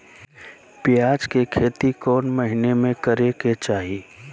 प्याज के खेती कौन महीना में करेके चाही?